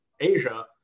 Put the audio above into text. Asia